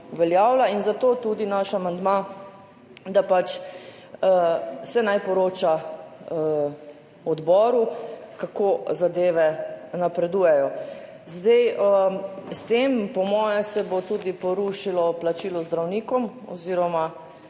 In zato tudi naš amandma, da pač se naj poroča odboru, kako zadeve napredujejo. Zdaj s tem po moje se bo tudi porušilo plačilo zdravnikom oziroma